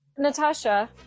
Natasha